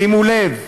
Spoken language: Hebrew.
שימו לב,